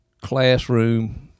classroom